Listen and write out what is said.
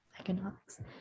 Economics